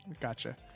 gotcha